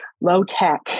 low-tech